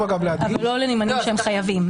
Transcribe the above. כן, אבל לא לנמענים שהם חייבים.